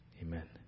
Amen